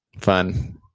Fun